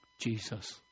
Jesus